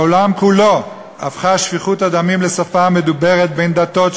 בעולם כולו הפכה שפיכות הדמים לשפה מדוברת בין דתות,